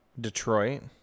Detroit